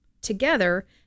together